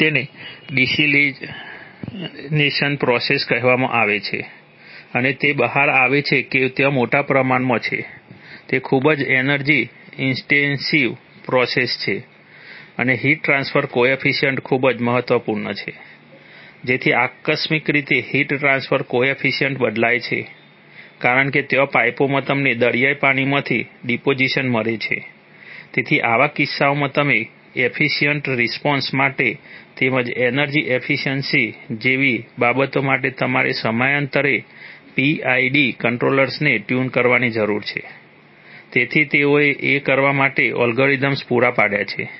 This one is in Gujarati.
તેથી તેને ડિસેલિનેશન પ્રોસેસ છે